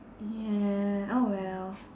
yeah oh well